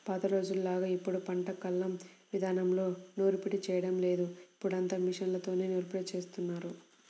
పాత రోజుల్లోలాగా ఇప్పుడు పంట కల్లం ఇదానంలో నూర్పిడి చేయడం లేదు, ఇప్పుడంతా మిషన్లతోనే నూర్పిడి జేత్తన్నారు